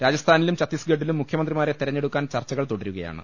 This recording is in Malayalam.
രാജ സ്ഥാനിലും ഛത്തീസ്ഗഡിലും മുഖ്യമന്ത്രിമാരെ തെരഞ്ഞെടുക്കാൻ ചർച്ച കൾ തുടരുകയാണ്